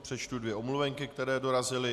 Přečtu dvě omluvenky, které dorazily.